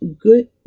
good